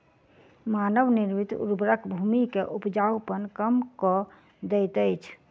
मानव निर्मित उर्वरक भूमि के उपजाऊपन कम कअ दैत अछि